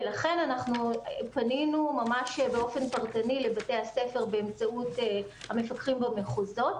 ולכן פנינו באופן פרטני לבתי הספר באמצעות המפקחים במחוזות,